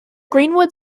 greenwood